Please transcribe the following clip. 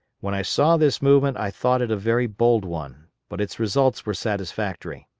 when i saw this movement i thought it a very bold one, but its results were satisfactory.